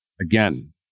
again